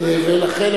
לכן,